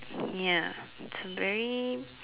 ya it's very